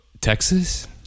Texas